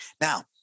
Now